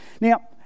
Now